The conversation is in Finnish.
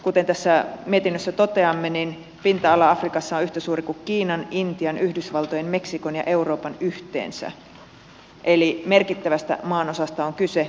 kuten tässä mietinnössä toteamme afrikan pinta ala on yhtä suuri kuin kiinan intian yhdysvaltojen meksikon ja euroopan yhteensä eli merkittävästä maanosasta on kyse